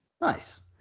Nice